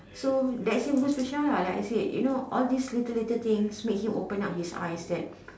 so that same goes to Sha lah all this little little things make him open up his eyes that